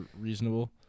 reasonable